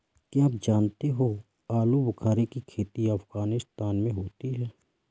क्या आप जानते हो आलूबुखारे की खेती अफगानिस्तान में होती है